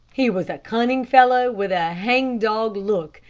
he was a cunning fellow, with a hangdog look,